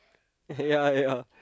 ya ya